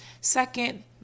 Second